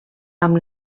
amb